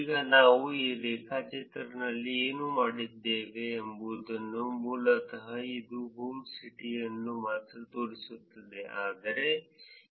ಈಗ ನಾವು ಈ ರೇಖಾಚಿತ್ರನಲ್ಲಿ ಏನು ಮಾಡಿದ್ದೇವೆ ಎಂಬುದು ಮೂಲತಃ ನಿಮಗೆ ಹೋಮ್ ಸಿಟಿಯನ್ನು ಮಾತ್ರ ತೋರಿಸುತ್ತದೆ ಆದರೆ ಈ ರೇಖಾಚಿತ್ರ ನಿಮಗೆ ಮನೆಯ ನಿವಾಸವನ್ನು ತೋರಿಸುತ್ತದೆ